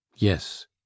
yes